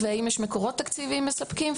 האם יש מקורות תקציביים מספקים?